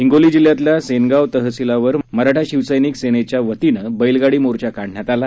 हिंगोली जिल्ह्यातल्या सेनगाव तहसीलवर मराठा शिवसविक सेनेच्या वतीनं बखेगाडी मोर्चा काढण्यात आला